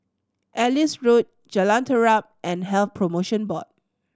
Ellis Road Jalan Terap and Health Promotion Board